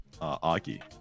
Aki